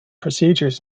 procedures